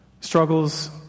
struggles